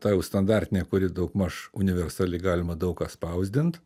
ta jau standartinė kuri daugmaž universali galima daug ką spausdint